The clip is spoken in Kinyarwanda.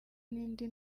n’indi